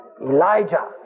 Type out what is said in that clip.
Elijah